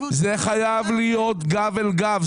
זה חייב להיות גב אל גב.